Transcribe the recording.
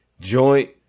joint